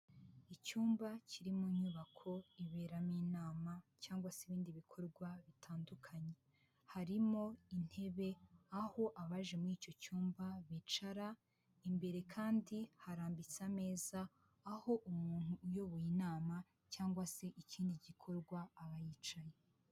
Icyumba kiri mu nyubako iberamo inama cyangwa se ibindi bikorwa bitandukanye, harimo intebe aho abaje muri icyo cyumba bicara, imbere kandi harambitse ameza, aho umuntu uyoboye inama cyangwa se ikindi gikorwa aba yicaye.